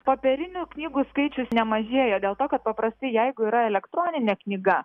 popierinių knygų skaičius nemažėja dėl to kad paprastai jeigu yra elektroninė knyga